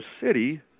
City